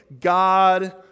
God